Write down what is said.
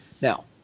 Now